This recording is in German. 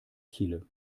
chile